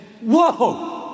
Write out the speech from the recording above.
whoa